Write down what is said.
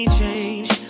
change